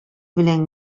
белән